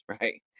right